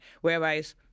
Whereas